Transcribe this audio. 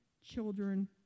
children